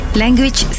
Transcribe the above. language